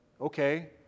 okay